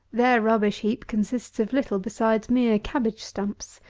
their rubbish heap consists of little besides mere cabbage stumps.